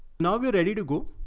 now we're ready to go.